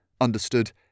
understood